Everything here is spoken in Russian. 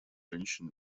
женщин